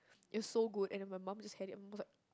it was so good and then my mum just had it and almost like